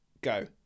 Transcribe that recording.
go